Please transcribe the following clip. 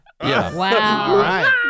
Wow